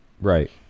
Right